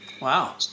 Wow